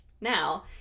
Now